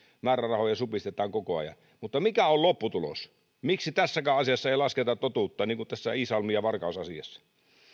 määrärahoja supistetaan koko ajan mutta mikä on lopputulos miksi tässäkään asiassa ei lasketa totuutta niin kuin tässä iisalmi ja varkaus asiassa